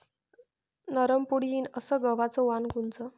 नरम पोळी येईन अस गवाचं वान कोनचं?